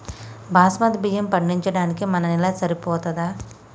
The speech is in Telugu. బాస్మతి బియ్యం పండించడానికి మన నేల సరిపోతదా?